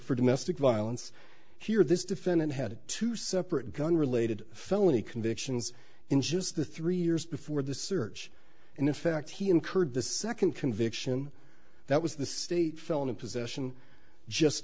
for domestic violence here this defendant had two separate gun related felony convictions in just the three years before the search and in fact he incurred the second conviction that was the state felony possession just